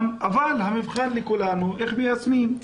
הזה אבל המבחן של כולנו הוא איך מיישמים.